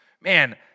Man